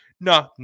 No